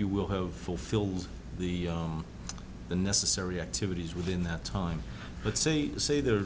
you will have fulfilled the necessary activities within that time but say to say there